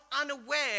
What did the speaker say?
unaware